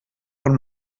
von